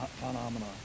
phenomena